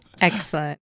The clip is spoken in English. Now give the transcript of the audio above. Excellent